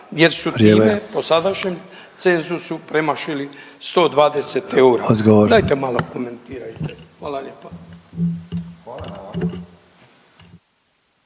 … po sadašnjem cenzusu premašili 120 eura. Dajte malo komentirajte. Hvala lijepa.